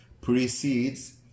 precedes